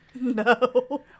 No